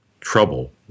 trouble